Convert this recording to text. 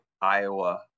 Iowa